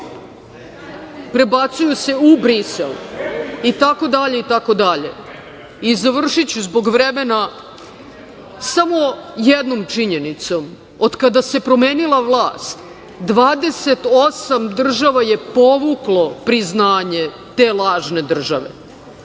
prebacuju se u Brisel, itd. Završiću zbog vremena samo jednom činjenicom. Od kada se promenila vlast, 28 država je povuklo priznanje te lažne države.